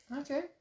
Okay